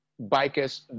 bikers